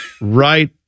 right